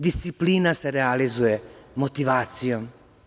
Disciplina se realizuje motivacijom.